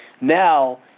now